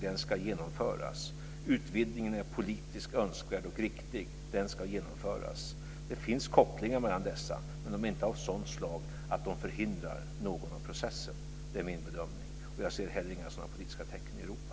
Den ska genomföras. Utvidgningen är politiskt önskvärd och riktig. Den ska genomföras. Det finns kopplingar mellan dessa. Men de är inte av sådant slag att de förhindrar någon av processerna. Det är min bedömning. Jag ser heller inte några sådana politiska tecken i Europa.